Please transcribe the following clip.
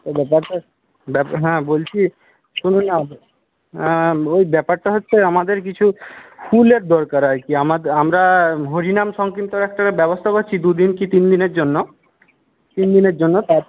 ব্যাপারটা হ্যাঁ বলছি শুনুন না হ্যাঁ ওই ব্যাপারটা হচ্ছে আমাদের কিছু ফুলের দরকার আর কি আমরা হরিনাম সংকীর্তনের একটা ব্যবস্থা করছি দুদিন কি তিন দিনের জন্য তিন দিনের জন্য তাই